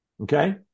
okay